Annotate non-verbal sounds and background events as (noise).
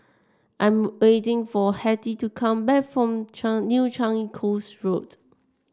I am waiting for Hetty to come back from (unintelligible) New Changi Coast Road